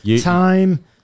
time